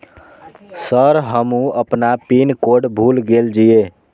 Sir हमू अपना pin code भूल गेल जीये?